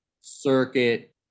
circuit